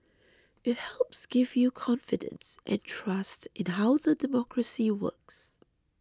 it helps gives you confidence and trust in how the democracy works